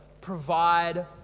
provide